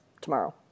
tomorrow